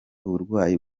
uburwayi